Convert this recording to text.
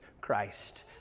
Christ